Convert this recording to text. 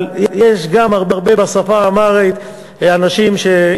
אבל יש גם הרבה אנשים שמדברים בשפה האמהרית.